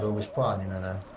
was born in and